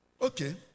Okay